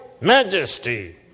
majesty